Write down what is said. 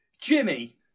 Jimmy